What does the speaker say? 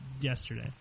yesterday